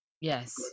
Yes